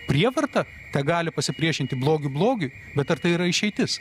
prievarta tegali pasipriešinti blogiui blogiu bet ar tai yra išeitis